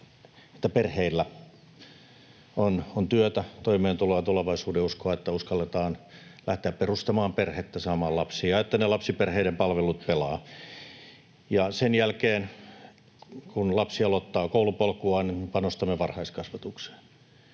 perheillä on työtä, toimeentuloa ja tulevaisuudenuskoa, että uskalletaan lähteä perustamaan perhettä ja saamaan lapsia ja että lapsiperheiden palvelut pelaavat. Sen jälkeen, kun lapsi aloittaa koulupolkuaan, me panostamme varhaiskasvatukseen